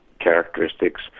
characteristics